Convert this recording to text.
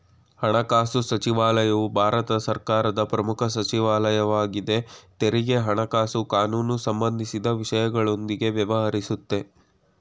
ಹಣಕಾಸುಸಚಿವಾಲಯವು ಭಾರತ ಸರ್ಕಾರದ ಪ್ರಮುಖ ಸಚಿವಾಲಯ ವಾಗಿದೆ ತೆರಿಗೆ ಹಣಕಾಸು ಕಾನೂನುಸಂಬಂಧಿಸಿದ ವಿಷಯಗಳೊಂದಿಗೆ ವ್ಯವಹರಿಸುತ್ತೆ